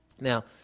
Now